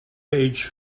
age